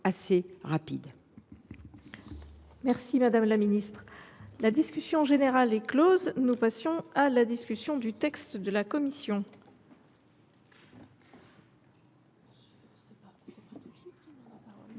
Merci ! La discussion générale est close. Nous passons à la discussion du texte de la commission.